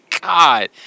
god